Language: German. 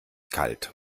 kalt